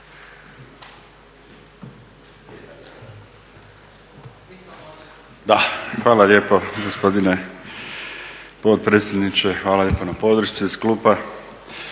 Hvala lijepo gospodine potpredsjedniče, hvala lijepo na podršci s klupa.